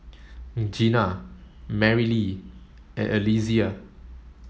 Gina Marylee and Alesia